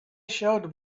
showed